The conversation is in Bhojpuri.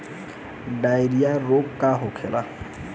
डायरिया रोग का होखे?